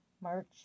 March